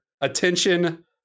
Attention